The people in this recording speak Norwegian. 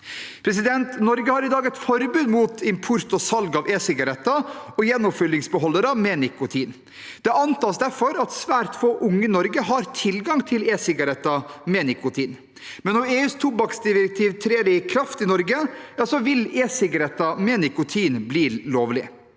Norge har i dag et forbud mot import og salg av e-sigaretter og gjenoppfyllingsbeholdere med nikotin. Det antas derfor at svært få unge i Norge har tilgang til e-sigaretter med nikotin, men når EUs tobakksdirektiv trer i kraft i Norge, vil e-sigaretter med nikotin bli lovlig.